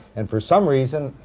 and for some reason,